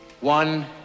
One